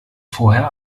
vorher